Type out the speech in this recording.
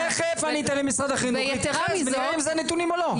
תכף אני אתן למשרד החינוך להתייחס ונראה אם זה הנתונים או לא.